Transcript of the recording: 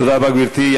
תודה רבה, גברתי.